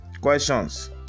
questions